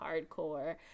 hardcore